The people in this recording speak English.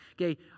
Okay